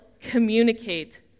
communicate